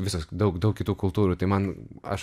visos daug daug kitų kultūrų tai man aš